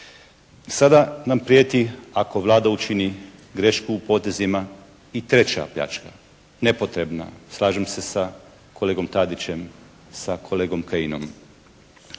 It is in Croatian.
Sada nam prijeti ako Vlada učini grešku u potezima i treća pljačka, nepotrebna slažem se sa kolegom Tadićem, sa kolegom Kajinom.